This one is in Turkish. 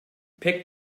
pek